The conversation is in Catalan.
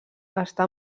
està